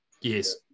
yes